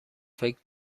فکر